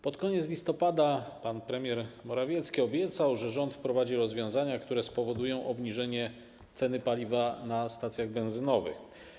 Pod koniec listopada pan premier Morawiecki obiecał, że rząd wprowadzi rozwiązania, które spowodują obniżenie ceny paliwa na stacjach benzynowych.